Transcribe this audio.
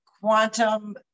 quantum